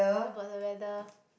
about the weather